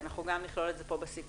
אנחנו גם נכלול את זה פה בסיכום.